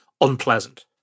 unpleasant